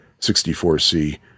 64C